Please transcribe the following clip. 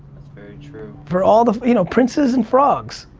very true. for all the you know princes and frogs.